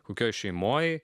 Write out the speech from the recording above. kokioje šeimoje